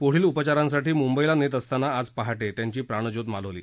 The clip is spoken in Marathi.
पुढील उपचारासाठी मुंबईला येथे नेत असतांना आज पहाटे त्यांची प्राणज्योत मालवली